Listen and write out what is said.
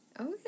Okay